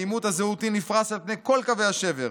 העימות הזהותי נפרס על פני כל קווי השבר,